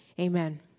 amen